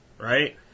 Right